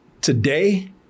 today